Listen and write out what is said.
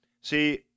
See